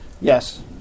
Yes